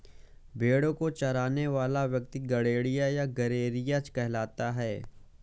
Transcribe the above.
भेंड़ों को चराने वाला व्यक्ति गड़ेड़िया या गरेड़िया कहलाता है